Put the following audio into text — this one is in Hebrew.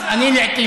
תודה.